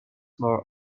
more